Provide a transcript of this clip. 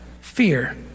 fear